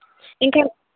ᱮᱱᱠᱷᱟᱱ